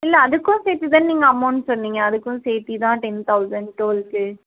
இல்லை அதுக்கும் சேர்த்து தானே நீங்கள் அமௌன்ட் சொன்னீங்க அதுக்கும் சேர்த்து இதாக டென் தவுசன் டோலுக்கு